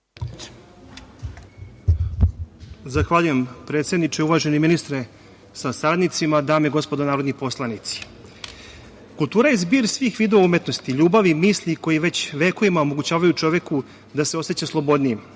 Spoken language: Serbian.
Zahvaljujem predsedniče. Uvaženi ministre sa saradnicima, dame i gospodo narodni poslanici, „Kultura je zbir svih vidova umetnosti, ljubavi i misli koje već vekovima omogućavaju čoveku da se oseća slobodnijim“,